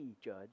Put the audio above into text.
judge